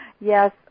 yes